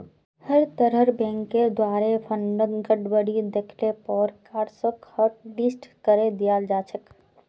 हर तरहर बैंकेर द्वारे फंडत गडबडी दख ल पर कार्डसक हाटलिस्ट करे दियाल जा छेक